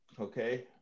okay